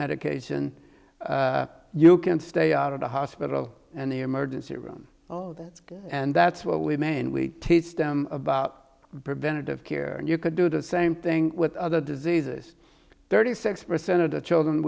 medication you can stay out of the hospital and the emergency room oh that's good and that's what we mainly teach them about preventative care and you could do the same thing with other diseases thirty six percent of the children